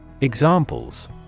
Examples